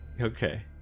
Okay